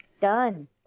done